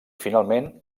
finalment